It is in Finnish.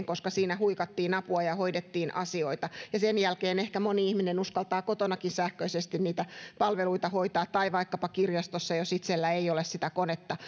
koska siinä huikattiin apua ja hoidettiin asioita sen jälkeen ehkä moni ihminen uskaltaa kotonakin sähköisesti niitä palveluita hoitaa tai vaikkapa kirjastossa jos itsellä ei ole konetta